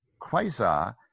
quasar